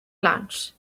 lunch